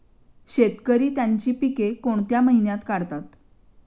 शेतकरी त्यांची पीके कोणत्या महिन्यात काढतात?